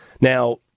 Now